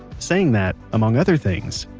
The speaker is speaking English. saying that, among other things,